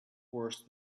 worse